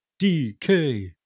DK